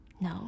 No